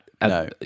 No